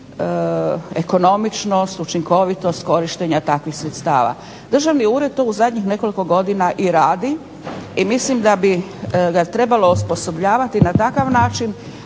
ekonomičnost, učinkovitost korištenja takvih sredstava. Državni ured to u zadnjih nekoliko godina i radi i mislim da bi ga trebalo osposobljavati na takav način